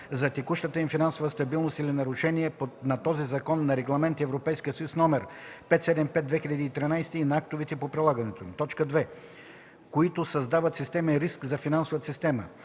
за текущата им финансова стабилност или нарушения на този закон, на Регламент (ЕС) № 575/2013 и на актовете по прилагането им; 2. които създават системен риск за финансовата система.